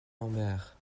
lambert